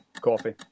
Coffee